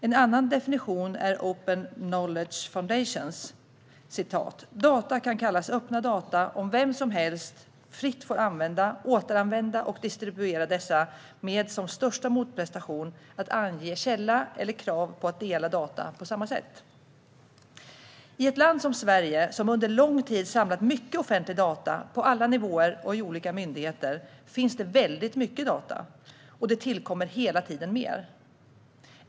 En annan definition är Open Knowledge Foundations: Data kan kallas öppna data om vem som helst fritt får använda, återanvända och distribuera dessa med som största motprestation att ange källa eller krav på att dela data på samma sätt. I ett land som Sverige, som under lång tid samlat en stor mängd offentliga data på alla nivåer och i olika myndigheter, finns det väldigt mycket data. Och det tillkommer hela tiden mer.